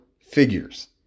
figures